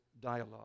dialogue